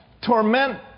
torment